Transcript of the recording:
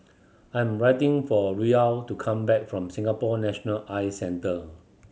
I'm waiting for Raul to come back from Singapore National Eye Centre